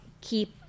keep